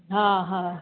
हा हा